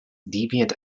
deviant